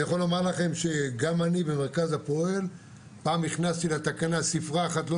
אני יכול לומר לכם שגם אני במרכז הפועל פעם הכנסתי לתקנה ספרה אחת לא